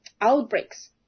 outbreaks